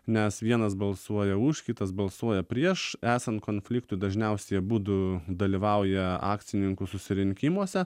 nes vienas balsuoja už kitas balsuoja prieš esant konfliktui dažniausiai abudu dalyvauja akcininkų susirinkimuose